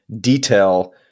detail